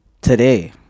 today